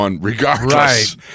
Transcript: regardless